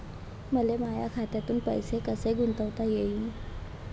मले माया खात्यातून पैसे कसे गुंतवता येईन?